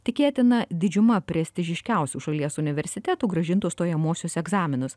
tikėtina didžiuma prestižiškiausių šalies universitetų grąžintų stojamuosius egzaminus